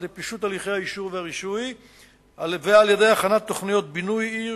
על-ידי פישוט תהליכי האישור והרישוי ועל-ידי הכנת תוכניות בינוי עיר